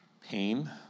pain